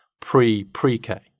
pre-pre-K